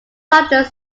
sought